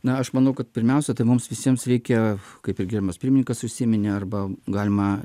na aš manau kad pirmiausia tai mums visiems reikia kaip ir gerbiamas pirmininkas užsiminė arba galima